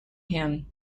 him